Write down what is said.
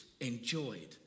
enjoyed